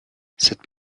cette